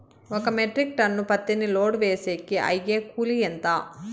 ఒక metric ton పత్తిని load వేసేకి అయ్యే కూలి ఎంత?